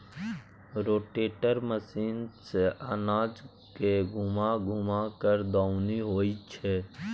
rotator machine सँ अनाज के घूमा घूमा कय दऊनी होइ छै